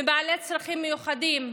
בעלי צרכים מיוחדים,